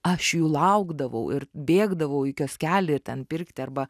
aš jų laukdavau ir bėgdavau į kioskelį ten pirkti arba